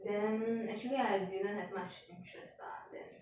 then actually I didn't have much interest lah then